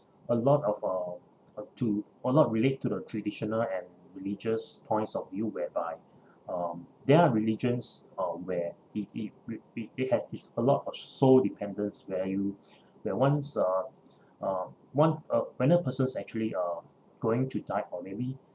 a lot of uh uh to a lot relate to the traditional and religious points of view whereby um their religions uh where the the re~ the~ it had is a lot of soul dependence value that once uh uh on~ uh whenever a person is actually uh going to die or maybe